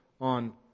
on